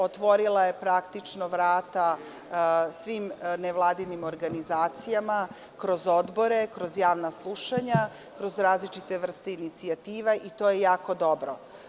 Otvorila je praktično vrata svim nevladnim organizacijama kroz odbore, kroz javna slušanja, kroz različite vrste inicijativa i to je jako dobro.